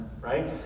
right